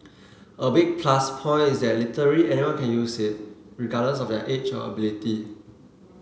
a big plus point is that literally anyone can use it regardless of their age or ability